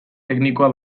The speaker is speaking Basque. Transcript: teknikoa